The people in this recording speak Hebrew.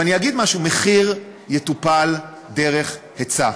ואני אגיד משהו, מחיר יטופל דרך היצע.